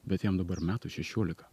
bet jam dabar metų šešiolika